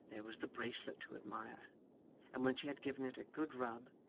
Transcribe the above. there was the bracelet to admire and when she had given it a good rub,